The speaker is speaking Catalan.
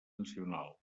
nacional